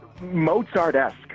Mozart-esque